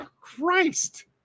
Christ